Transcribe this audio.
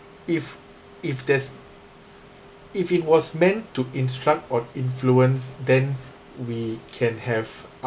if if there's if it was meant to instruct or influence then we can have